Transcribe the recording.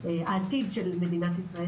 שהם העתיד של מדינת ישראל,